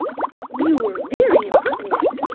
you're very impertinent!